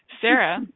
Sarah